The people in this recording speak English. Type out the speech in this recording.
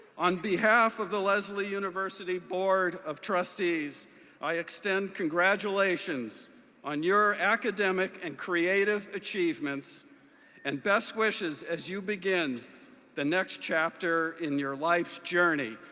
on behalf of the lesley university board of trustees i extend congratulations on your academic and creative achievements and best wishes as you begin the next chapter in your life's journey.